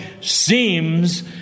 seems